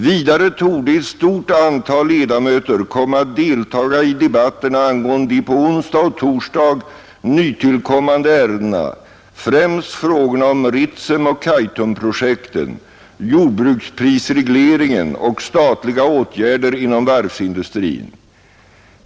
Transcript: Vidare torde ett stort antal ledamöter komma att deltaga i debatterna angående de på onsdag och torsdag nytillkommande ärendena, främst frågorna om Ritsemoch Kaitumprojekten, jordbruksprisregleringen och statliga åtgärder inom varvsindustrin.